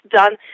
done